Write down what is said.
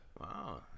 Wow